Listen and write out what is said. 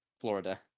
Florida